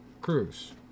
Cruz